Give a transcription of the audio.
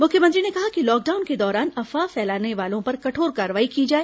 मुख्यमंत्री ने कहा कि लॉकडाउन के दौरान अफवाह फैलाने वालों पर कठोर कार्रवाई की जाए